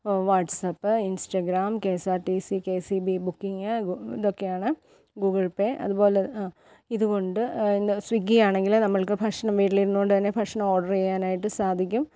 WhatsApp Instagram K S R T C K S E B booking ഗു ഇതൊക്കെയാണ് Google Pay അതുപോലെ അ ഇതുകൊണ്ട് സ്വിഗ്ഗി ആണെങ്കിൽ നമുക്ക് ഭക്ഷണം വീട്ടിലിരുന്നു കൊണ്ട് തന്നെ ഭക്ഷണം ഓർഡർ ചെയ്യാനായിട്ട് സാധിക്കും